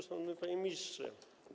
Szanowny Panie Ministrze!